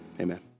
Amen